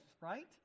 right